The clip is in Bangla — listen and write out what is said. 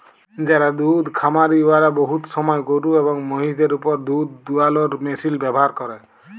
যারা দুহুদ খামারি উয়ারা বহুত সময় গরু এবং মহিষদের উপর দুহুদ দুয়ালোর মেশিল ব্যাভার ক্যরে